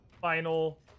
final